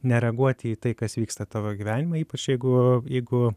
nereaguoti į tai kas vyksta tavo gyvenime ypač jeigu jeigu